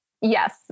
Yes